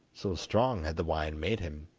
so strong had the wine made him,